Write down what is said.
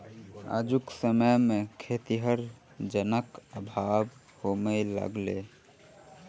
आजुक समय मे खेतीहर जनक अभाव होमय लगलै